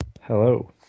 Hello